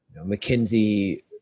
McKinsey